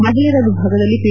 ಮಹಿಳೆಯರ ವಿಭಾಗದಲ್ಲಿ ಪಿ